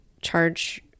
charge